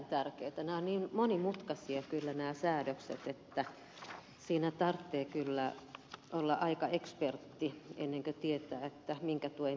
nämä säädökset ovat kyllä niin monimutkaisia että siinä tarvitsee kyllä olla aika ekspertti ennen kuin tietää minkä tuen piiriin kuuluu